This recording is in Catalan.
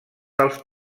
dels